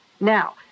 Now